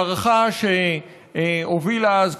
מערכה שהובילה אז,